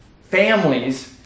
families